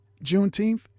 Juneteenth